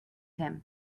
him